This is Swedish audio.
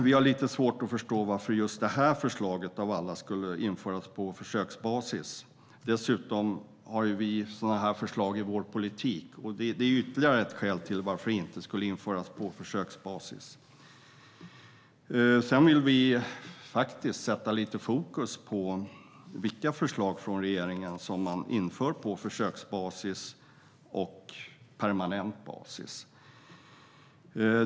Vi har lite svårt att förstå varför just det här förslaget av alla skulle genomföras på försöksbasis. Dessutom har vi sådana här förslag i vår politik. Det är ytterligare ett skäl till att vi inte vill att detta ska införas på försöksbasis. Sedan vill vi sätta lite fokus på vilka förslag från regeringen som man inför på försöksbasis respektive permanent basis.